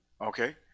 Okay